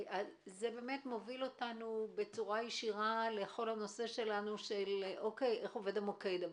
זה מוביל אותנו בצורה ישירה לנושא של איך עובד המוקד.